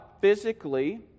physically